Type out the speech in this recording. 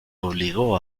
obligó